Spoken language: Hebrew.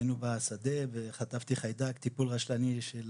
היינו בשדה וחטפתי חיידק בטיפול רשלני של